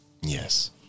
Yes